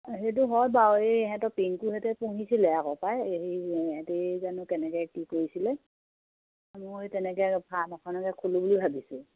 অঁ সেইটো হয় বাৰু এই ইহঁতৰ পিংকু হেঁতে পুহিছিলে আকৌ পাই এই ইহঁতি জানো কেনেকে কি কৰিছিলে মই তেনেকে ফাৰ্ম এখনকে খোলো বুলি ভাবিছোঁ